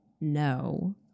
no